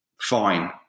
fine